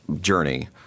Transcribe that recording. journey